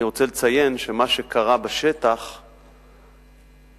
אני רוצה לציין שמה שקרה בשטח, כלומר,